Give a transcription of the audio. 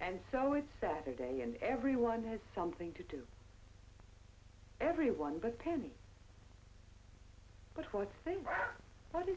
and so it's saturday and everyone has something to do everyone but penny but what's what is